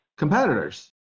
Competitors